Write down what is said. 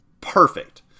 perfect